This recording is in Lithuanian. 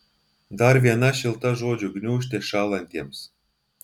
dar viena šilta žodžių gniūžtė šąlantiems